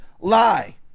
lie